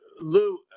Lou